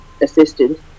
assistant